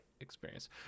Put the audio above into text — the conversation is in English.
experience